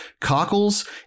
Cockles